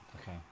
Okay